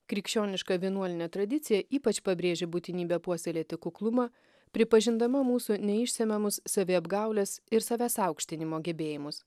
krikščioniška vienuoline tradicija ypač pabrėžė būtinybę puoselėti kuklumą pripažindama mūsų neišsemiamus saviapgaulės ir savęs aukštinimo gebėjimus